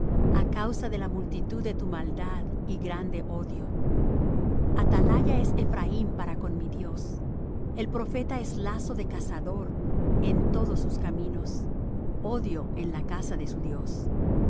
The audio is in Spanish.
á causa de la multitud de tu maldad y grande odio atalaya es ephraim para con mi dios el profeta es lazo de cazador en todos sus caminos odio en la casa de su dios